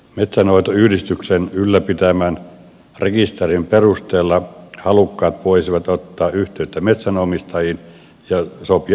metsänhoitoyhdistyksen ylläpitämän rekisterin perusteella halukkaat voisivat ottaa yhteyttä metsänomistajiin ja sopia yksityiskohdista keskenään